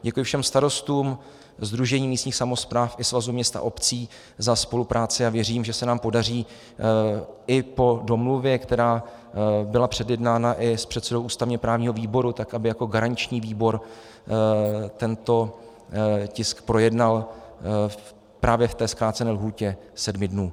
Děkuji všem starostům, Sdružení místních samospráv i Svazu měst a obcí za spolupráci a věřím, že se nám podaří i po domluvě, která byla předjednána i s předsedou ústavněprávního výboru tak, aby jako garanční výbor tento tisk projednal právě v té zkrácené lhůtě sedmi dnů.